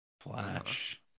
Flash